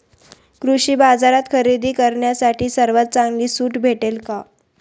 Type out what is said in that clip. कृषी बाजारात खरेदी करण्यासाठी सर्वात चांगली सूट भेटेल का?